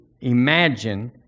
imagine